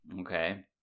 Okay